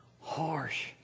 harsh